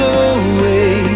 away